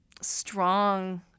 strong